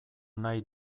nahi